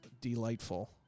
delightful